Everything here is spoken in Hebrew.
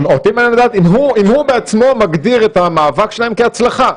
אותי מעניין לדעת אם הוא בעצמו מגדיר את המאבק שלהם כהצלחה.